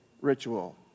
ritual